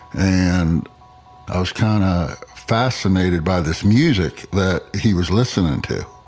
and i was kind of fascinated by this music that he was listening to.